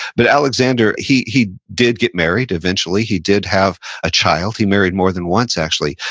but alexander, he he did get married, eventually, he did have a child. he married more than once, actually.